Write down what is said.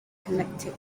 connected